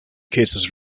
cases